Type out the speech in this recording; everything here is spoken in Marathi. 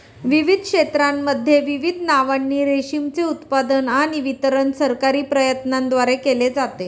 विविध क्षेत्रांमध्ये विविध नावांनी रेशीमचे उत्पादन आणि वितरण सरकारी प्रयत्नांद्वारे केले जाते